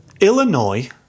Illinois